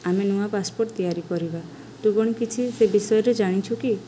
ଆମେ ନୂଆ ପାସ୍ପୋର୍ଟ୍ ତିଆରି କରିବା ତୁ କ'ଣ କିଛି ସେ ବିଷୟରେ ଜାଣିଛୁ କି